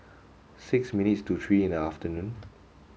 six minutes to three in the afternoon